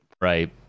Right